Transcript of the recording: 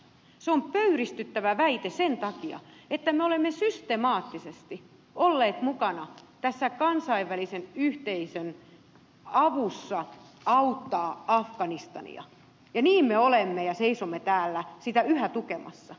se on pöyristyttävä väite sen takia että me olemme systemaattisesti olleet mukana tässä kansainvälisen yhteisön operaatiossa auttaa afganistania ja niin me olemme ja seisomme täällä sitä yhä tukemassa